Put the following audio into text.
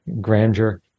grandeur